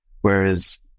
whereas